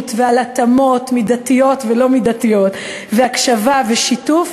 ועל התאמות מידתיות ולא מידתיות והקשבה ושיתוף,